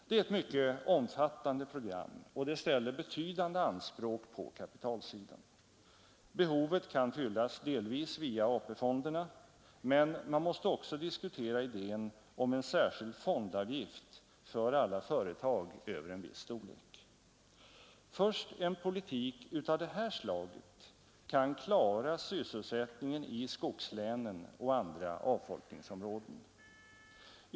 Det är ett mycket omfattande program, och det ställer betydande anspråk på kapitalsidan. Behovet kan fyllas delvis via AP-fonderna, men man måste också diskutera idén om en särskild fondavgift för alla företag över en viss storlek. Först en politik av det slaget kan klara sysselsättningen i skogslänen och i andra avfolkningsområden.